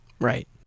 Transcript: Right